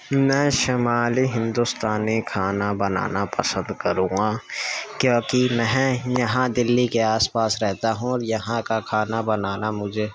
میں شمالی ہندوستانی کھانا بنانا پسد کروں گا کیونکہ میں یہاں دلّی کے آس پاس رہتا ہوں اور یہاں کا کھانا بنانا مجھے